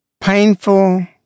painful